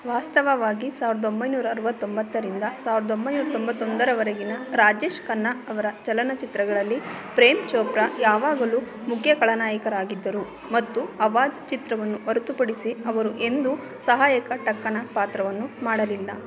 ವಾಸ್ತವವಾಗಿ ಸಾವಿರದ ಒಂಬೈನೂರ ಅರವತ್ತೊಂಬತ್ತರಿಂದ ಸಾವಿರದ ಒಂಬೈನೂರ ತೊಂಬತ್ತೊಂದರವರೆಗಿನ ರಾಜೇಶ್ ಕನ್ನಾ ಅವರ ಚಲನಚಿತ್ರಗಳಲ್ಲಿ ಪ್ರೇಮ್ ಚೋಪ್ರಾ ಯಾವಾಗಲೂ ಮುಖ್ಯ ಖಳನಾಯಕರಾಗಿದ್ದರು ಮತ್ತು ಆವಾಜ್ ಚಿತ್ರವನ್ನು ಹೊರತುಪಡಿಸಿ ಅವರು ಎಂದು ಸಹಾಯಕ ಟಕ್ಕನ ಪಾತ್ರವನ್ನು ಮಾಡಲಿಲ್ಲ